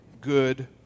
good